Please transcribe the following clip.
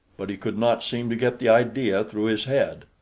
but he could not seem to get the idea through his head.